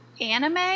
anime